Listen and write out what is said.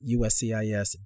USCIS